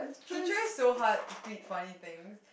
he tries so hard to be funny things